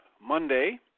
Monday